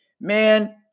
man